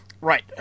right